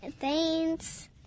Thanks